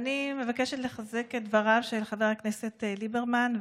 אני מבקשת לחזק את דבריהם של חברי הכנסת ליברמן,